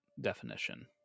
definition